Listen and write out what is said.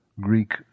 Greek